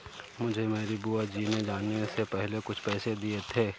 मुझे मेरी बुआ जी ने जाने से पहले कुछ पैसे दिए थे